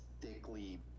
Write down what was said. thickly